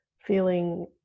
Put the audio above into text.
feeling